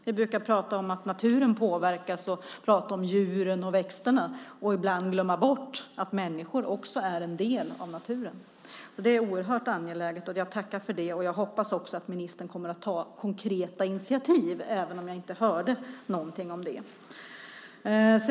Vi brukar prata om att naturen påverkas, djuren och växterna, och vi glömmer bort att människor också är en del av naturen. Det är oerhört angeläget. Jag tackar för det. Jag hoppas att ministern kommer att ta konkreta initiativ, även om jag inte hörde något om det.